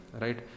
right